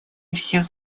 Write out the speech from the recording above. всех